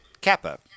Kappa